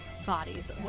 bodies